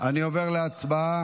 אני עובר להצבעה.